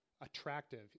attractive